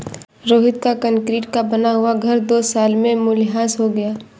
रोहित का कंक्रीट का बना हुआ घर दो साल में मूल्यह्रास हो गया